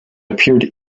appeared